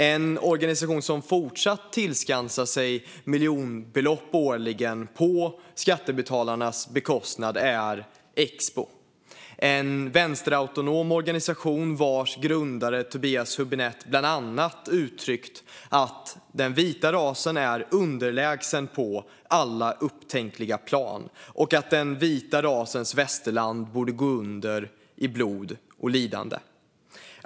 En organisation som fortfarande tillskansar sig miljonbelopp årligen på skattebetalarnas bekostnad är Expo, en vänsterautonom organisation vars grundare Tobias Hübinette bland annat uttryckt att den vita rasen är underlägsen på alla upptänkliga plan och att den vita rasens västerland borde gå under i blod och lidande.